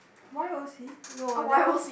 Y_O_C no never